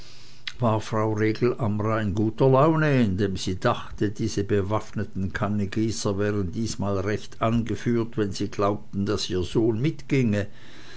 frau regel amrain guter laune indem sie dachte diese bewaffneten kannegießer wären diesmal recht angeführt wenn sie glaubten daß ihr sohn mitginge